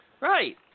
Right